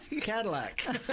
Cadillac